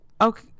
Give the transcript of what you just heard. Okay